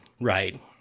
right